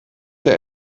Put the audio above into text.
der